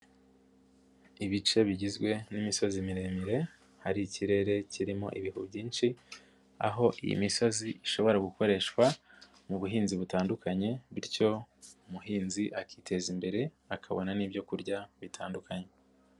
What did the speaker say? Ibice bigizwe n'imisozi miremire hari ikirere kirimo ibihu byinshi aho iyi misozi ishobora gukoreshwa mu buhinzi butandukanye bityo umuhinzi akiteza imbere akabona n'ibyo kurya bitandukanye.